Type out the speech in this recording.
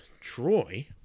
Troy